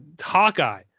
Hawkeye